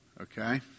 okay